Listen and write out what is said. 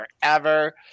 forever